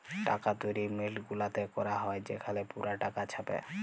টাকা তৈরি মিল্ট গুলাতে ক্যরা হ্যয় সেখালে পুরা টাকা ছাপে